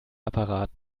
apparat